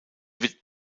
wird